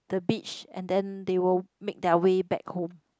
the beach and then they will make their way back home